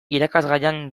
irakasgaian